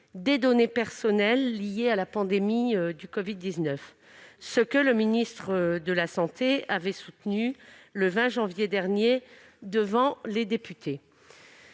des données personnelles liées à la pandémie de covid-19, position que le ministre de la santé avait soutenue le 20 janvier dernier devant les députés.